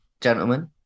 Gentlemen